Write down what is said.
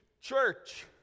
Church